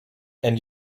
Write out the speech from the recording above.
and